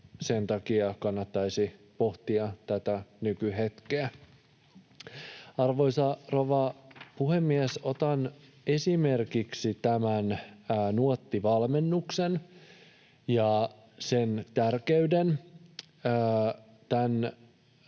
sen takia kannattaisi pohtia tätä nykyhetkeä. Arvoisa rouva puhemies! Otan esimerkiksi tämän Nuotti-valmennuksen ja sen tärkeyden.